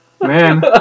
Man